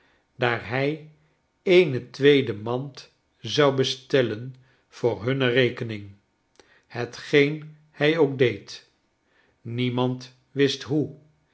daar hij eene tweede mand zou bestellen voor hunne rekening hetgeen hij ook deed niemand wist hoe